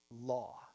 law